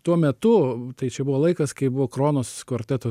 tuo metu tai čia buvo laikas kai buvo kronos kvarteto